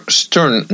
stern